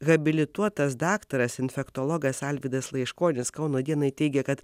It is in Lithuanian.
habilituotas daktaras infektologas alvydas laiškonis kauno dienai teigė kad